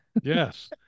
Yes